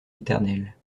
éternelle